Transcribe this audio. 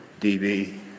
DB